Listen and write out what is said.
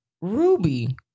Ruby